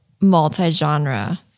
multi-genre